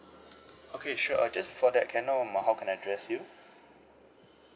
okay sure uh just before that can I know um how can I address you